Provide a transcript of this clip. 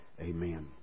Amen